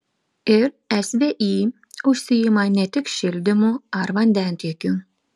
ir svį užsiima ne tik šildymu ar vandentiekiu